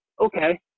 okay